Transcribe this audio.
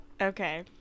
okay